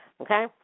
okay